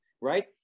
Right